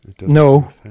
no